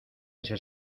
ese